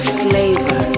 flavor